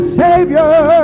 savior